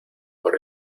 por